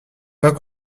pas